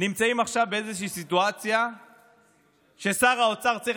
נמצאים עכשיו באיזושהי סיטואציה שבה שר האוצר צריך